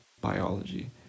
biology